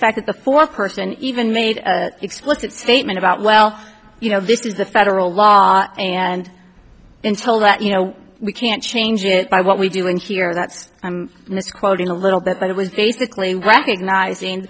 fact that the four person even made explicit statement about well you know this is a federal law and intel that you know we can't change it by what we do in here that i'm misquoting a little bit but it was basically recognizing